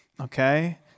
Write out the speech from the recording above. Okay